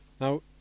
Now